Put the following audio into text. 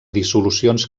dissolucions